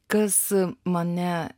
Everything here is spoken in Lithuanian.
kas mane